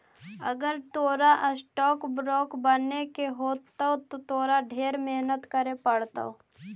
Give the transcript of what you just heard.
अगर तोरा stock broker बने के हो त तोरा ढेर मेहनत करे पड़तो